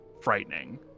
frightening